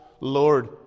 Lord